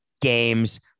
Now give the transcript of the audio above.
games